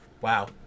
Wow